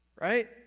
right